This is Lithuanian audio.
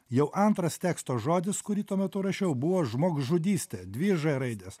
jau antras teksto žodis kurį tuo metu rašiau buvo žmogžudystė dvi ž raidės